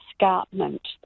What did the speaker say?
escarpment